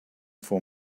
for